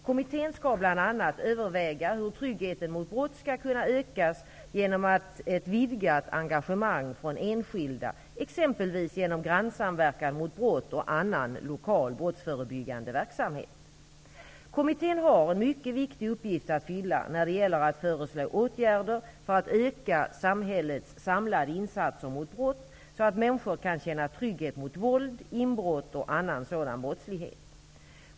Kommittén skall bl.a. överväga hur tryggheten mot brott skall kunna ökas genom ett vidgat engagemang från enskilda, exempelvis genom grannsamverkan mot brott och annan lokal brottsförebyggande verksamhet. Kommittén har en mycket viktig uppgift att fylla när det gäller att föreslå åtgärder för att öka samhällets samlade insatser mot brott så att människor kan känna trygghet mot våld, inbrott och annan sådan brottslighet.